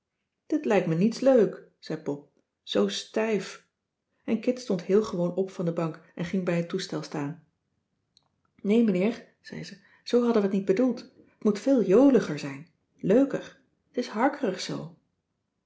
dit lijkt me niets leuk zei pop zoo stijf en kit stond heel gewoon op van de bank en ging bij het toestel staan nee meneer zei ze zoo hadden we t niet bedoeld t moet veel joliger zijn leuker t is harkerig zoo